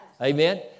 Amen